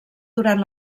durant